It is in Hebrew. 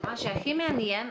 מה שהכי מעניין,